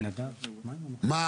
שזה מה